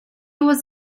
was